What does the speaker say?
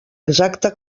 exacta